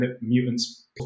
mutants